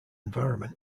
environment